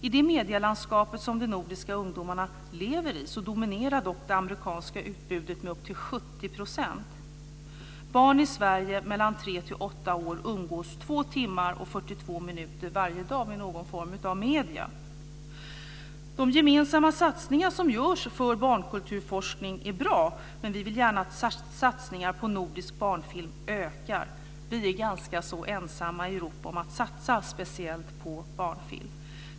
I det medielandskap där de nordiska ungdomarna lever dominerar dock det amerikanska utbudet med upp till 70 %. Barn i Sverige mellan tre och åtta år umgås i två timmar och 42 minuter varje dag med någon form av medier. De gemensamma satsningar som görs på barnkulturforskning är bra, men vi vill gärna att satsningarna på nordisk barnfilm ökar. Vi är ganska ensamma i Europa om att satsa speciellt på barnfilm.